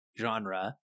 genre